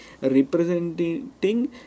representing